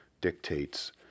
dictates